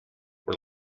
were